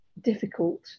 difficult